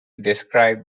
described